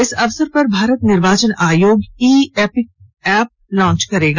इस अवसर पर भारत निर्वाचन आयोग ई इपीक एप लॉन्च करेगा